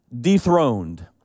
dethroned